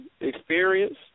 experience